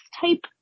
type